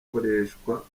ukoreshwa